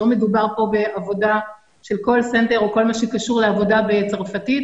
לא מדובר פה בעבודה של קול סנטר או כל מה שקשור לעבודה בצרפתית,